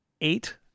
eight